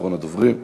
אחרון הדוברים.